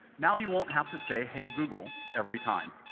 now you won't have to say, hey google every time.